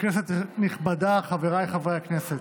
כנסת נכבדה, חבריי חברי הכנסת,